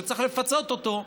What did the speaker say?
שצריך לפצות אותו,